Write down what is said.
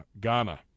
Ghana